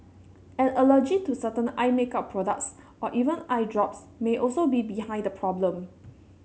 an allergy to certain eye makeup products or even eye drops may also be behind the problem